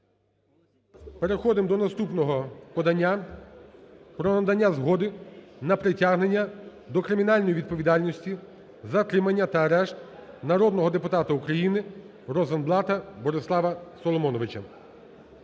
Переходимо до наступного подання про надання згоди на притягнення до кримінальної відповідальності, затримання та арешт народного депутата України Розенблата Борислава Соломоновича.